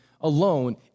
alone